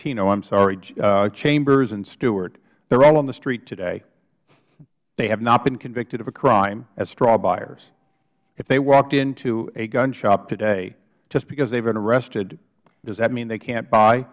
patino i'm sorry chambers and stewart they're all on the street today they have not been convicted of a crime as straw buyers if they walked into a gun shop today just because they've been arrested does that mean they can't buy